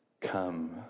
Come